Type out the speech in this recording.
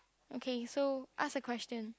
okay so ask the question